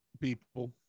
people